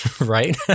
right